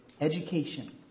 education